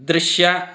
ದೃಶ್ಯ